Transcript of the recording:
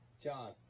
John